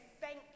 thank